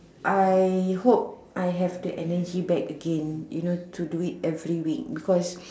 I hope I have the energy back again you know to do it because